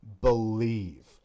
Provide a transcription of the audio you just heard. believe